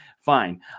fine